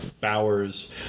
Bowers